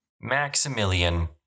Maximilian